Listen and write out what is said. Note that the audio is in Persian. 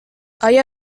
آیا